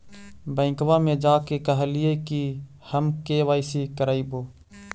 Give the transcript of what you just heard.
बैंकवा मे जा के कहलिऐ कि हम के.वाई.सी करईवो?